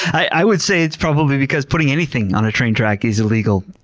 i would say it's probably because putting anything on a train track is illegal.